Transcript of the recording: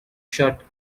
shut